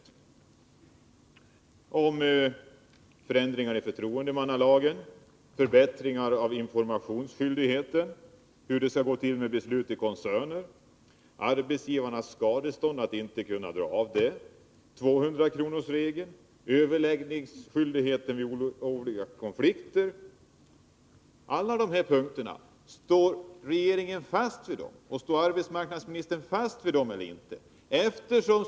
Det gällde förändringar i förtroendemannalagen, förbättringar av informationsskyldigheten, hur beslut i koncerner skall gå till, arbetsgivarens rättighet att dra av skadestånd, tvåhundrakronorsregeln och överläggningsskyldigheten vid olovliga konflikter. Står regeringen och arbetsmarknadsministern fast vid alla de här punkterna eller inte?